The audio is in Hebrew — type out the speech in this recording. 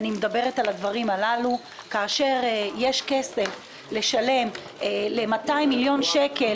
אם יש 200 מיליון שקלים להעביר לשירותים דיגיטליים